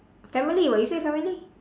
family [what] you say family